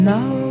Now